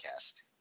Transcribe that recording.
podcast